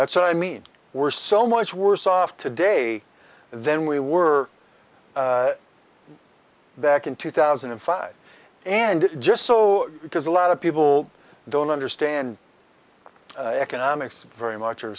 that's i mean we're so much worse off today than we were back in two thousand and five and just so because a lot of people don't understand economics very much